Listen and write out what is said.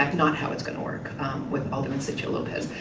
like not how it's gonna work with alderman sigcho lopez.